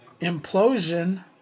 implosion